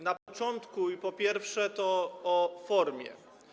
Na początku, i po pierwsze, o formie.